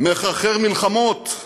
מחרחר מלחמות,